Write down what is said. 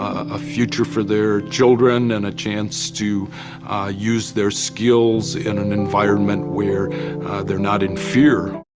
a future for their children and a chance to use their skills in an environment where they're not in fear.